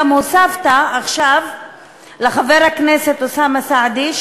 הוספת עכשיו לחבר הכנסת אוסאמה סעדי,